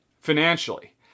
financially